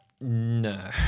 No